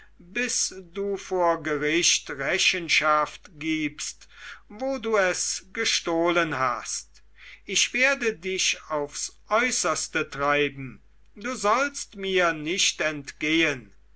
bis du vor gericht rechenschaft gibst wo du es gestohlen hast ich werde dich aufs äußerste treiben du sollst mir nicht entgehen